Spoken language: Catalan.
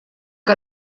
que